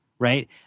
right